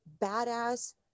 badass